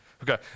Okay